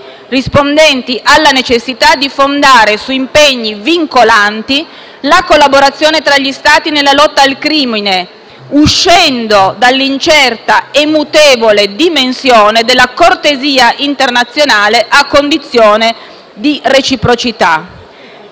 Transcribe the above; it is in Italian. rispondenti alla necessità di fondare su impegni vincolanti la collaborazione tra gli Stati nella lotta al crimine, uscendo dall'incerta e mutevole dimensione della cortesia internazionale a condizione di reciprocità.